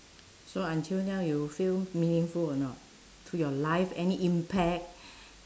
so until now you feel meaningful or not to your life any impact